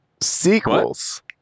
sequels